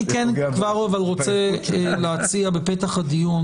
בפתח הדיון